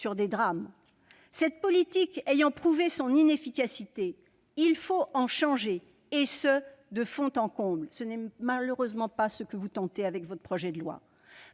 sur des drames ? Cette politique ayant prouvé son inefficacité, il faut en changer, et ce de fond en comble. Ce n'est malheureusement pas ce que vous faites avec ce projet de loi.